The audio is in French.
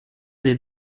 des